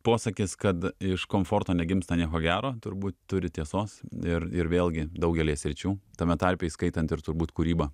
posakis kad iš komforto negimsta nieko gero turbūt turi tiesos ir ir vėlgi daugelyje sričių tame tarpe įskaitant ir turbūt kūrybą